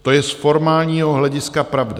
To je z formálního hlediska pravda.